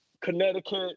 Connecticut